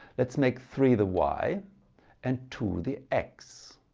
let's make three the y and two the x.